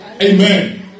Amen